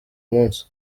munsi